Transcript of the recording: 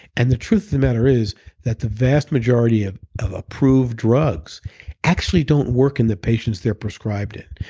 and the truth of the matter is that the vast majority of of approved drugs actually don't work in the patients they're prescribed in.